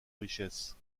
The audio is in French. richesses